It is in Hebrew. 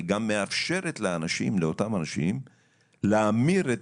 היא גם מאפשרת לאותם אנשים להמיר,